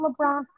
LeBron